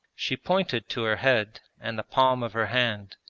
she pointed to her head and the palm of her hand,